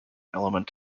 element